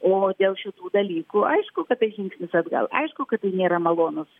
o dėl šitų dalykų aišku kad tai žingsnis atgal aišku kad tai nėra malonus